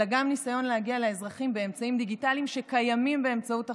אלא גם ניסיון להגיע לאזרחים באמצעים דיגיטליים שקיימים באמצעות החברות: